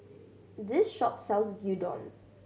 this shop sells Gyudon